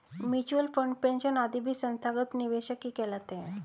mutual fund, pension आदि भी संस्थागत निवेशक ही कहलाते हैं